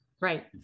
right